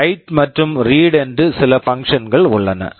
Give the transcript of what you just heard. write write மற்றும் read read என்று சில பங்ஷன்ஸ் functions கள் உள்ளன